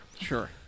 Sure